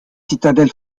citadelle